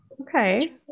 Okay